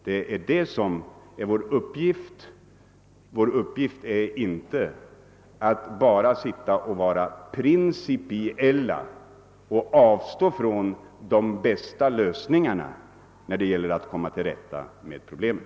Detta är vår uppgift, inte bara att vara principiella och avstå från de bästa lösningarna när det gäller att komma till rätta med problemen.